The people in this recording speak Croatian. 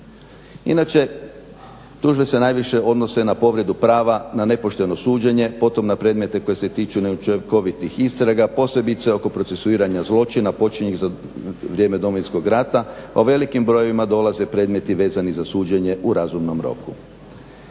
Inače, tužbe se najviše odnose na povredu prava, na nepošteno suđenje, potom na predmete koji se tiču neučinkovitih istraga, posebice oko procesuiranja zločina počinjenih za vrijeme Domovinskog rata, a u velikim brojevima dolaze predmeti vezani za suđenje u razumnom roku.